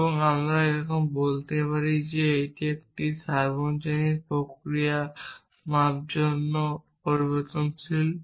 এবং আমরা একরকম বলতে পারি যে এটি একটি সার্বজনীন পরিমাপযোগ্য পরিবর্তনশীল